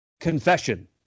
Confession